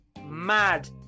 mad